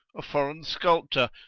a foreign sculptor,